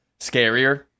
scarier